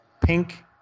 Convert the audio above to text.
pink